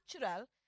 natural